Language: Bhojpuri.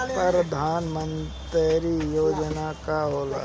परधान मंतरी योजना का होला?